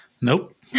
Nope